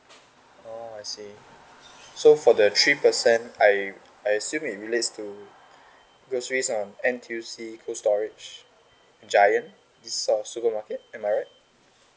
oh I see so for the three percent I I assume it relates to groceries um N_T_U_C cold storage giant these sorts of supermarket am I right